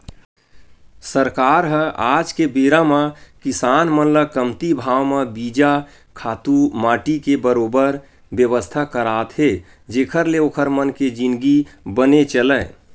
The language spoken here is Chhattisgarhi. सरकार ह आज के बेरा म किसान मन ल कमती भाव म बीजा, खातू माटी के बरोबर बेवस्था करात हे जेखर ले ओखर मन के जिनगी बने चलय